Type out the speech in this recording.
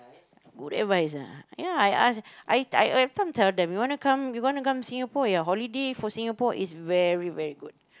good advice ah ya I ask I I every time tell them you want to come you want to come Singapore ya holiday for Singapore is very very good